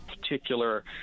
particular